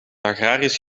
agrarisch